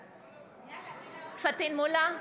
בעד פטין מולא,